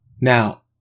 Now